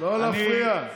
לא להפריע.